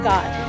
God